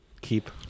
keep